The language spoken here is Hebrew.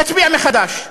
נצביע מחדש.